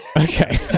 Okay